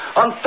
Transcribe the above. on